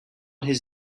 his